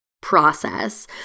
process